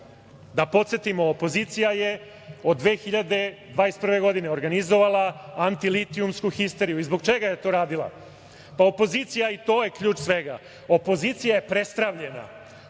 podsetimo, opozicija je od 2021. godine organizovala anti-litijumsku histeriju. Zbog čega je to radila? Opozicija, i to je ključ svega, opozicija je prestravljena